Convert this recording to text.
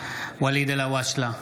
ואליד אלהואשלה,